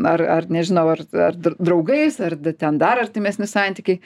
ar ar nežinau ar ar draugais ar ten dar artimesni santykiai